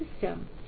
system